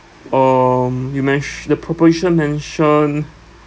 um you mentio~ the proposition mentioned